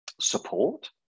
support